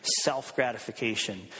self-gratification